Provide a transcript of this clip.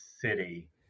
City